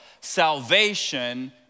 salvation